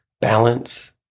balance